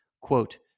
Quote